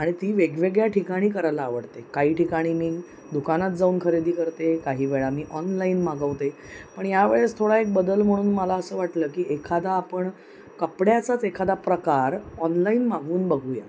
आणि ती वेगवेगळ्या ठिकाणी करायला आवडते काही ठिकाणी मी दुकानात जाऊन खरेदी करते काही वेळा मी ऑनलाईन मागवते पण या वेळेस थोडा एक बदल म्हणून मला असं वाटलं की एखादा आपण कपड्याचाच एखादा प्रकार ऑनलाईन मागवून बघूया